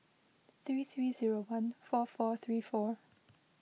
three three zero one four four three four